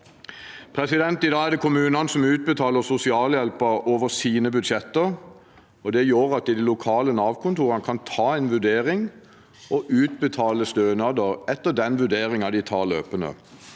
I dag er det kommunene som utbetaler sosialhjelpen over sine budsjetter. Det gjør at de lokale Nav-kontorene kan ta en vurdering og utbetale stønader etter den vurderingen de tar løpende.